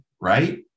right